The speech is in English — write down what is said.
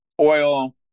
oil